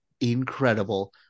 Incredible